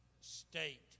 state